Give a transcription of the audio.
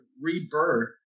rebirth